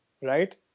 right